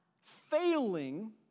failing